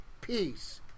peace